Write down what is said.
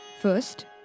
first